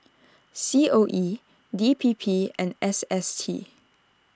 C O E D P P and S S T